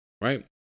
Right